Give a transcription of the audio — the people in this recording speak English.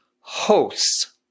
hosts